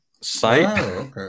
site